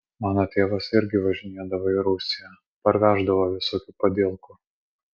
mano tėvas irgi važinėdavo į rusiją parveždavo visokių padielkų